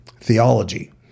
Theology